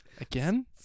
Again